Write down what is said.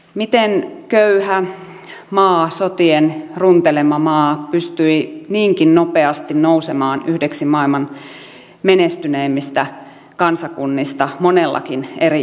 miten köyhä maa sotien runtelema maa pystyi niinkin nopeasti nousemaan yhdeksi maailman menestyneimmistä kansakunnista monellakin eri mittarilla